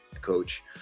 coach